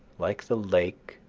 like the lake,